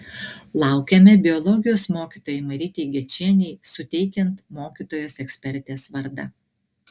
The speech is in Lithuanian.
laukiame biologijos mokytojai marytei gečienei suteikiant mokytojos ekspertės vardą